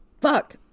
Fuck